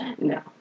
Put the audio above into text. No